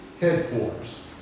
headquarters